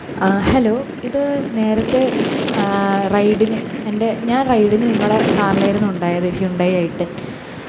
hello ഇത് നേരത്തെ റൈഡിന് എൻ്റെ ഞാൻ റൈഡിന് നിങ്ങളെ കാറിലായിരുന്നു ഉണ്ടായത് ഹ്യുണ്ടായി ഐ ടെൻ